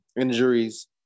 injuries